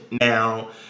now